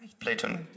Plato